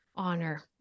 honor